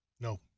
No